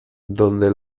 donde